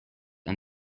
and